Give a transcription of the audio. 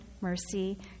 mercy